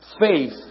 faith